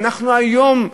ואנחנו היום,